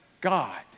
God